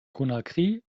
conakry